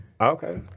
okay